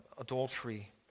adultery